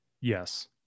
Yes